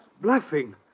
bluffing